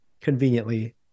conveniently